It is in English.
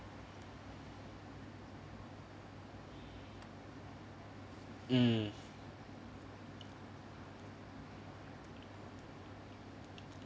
mm